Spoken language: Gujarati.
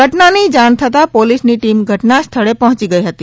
ઘટનાની જાણ થતા જ પોલીસની ટીમ ઘટના સ્થળે પહોચી ગઈ હતી